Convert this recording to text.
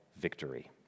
victory